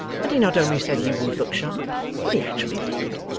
and he not only said he would look sharp, but he actually did,